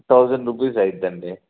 thousand rupees అవుతుందండి